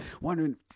Wondering